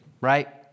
right